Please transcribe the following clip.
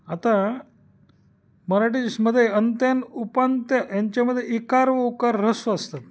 आता मराठीमध्ये अंत्य आणि उपांत्य यांच्यामध्ये इकार व उकार ऱ्हस्व असतात